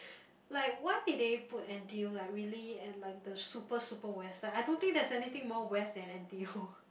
like why did they put N_T_U like really at like the super super West side I don't think there's anything more West than N_T_U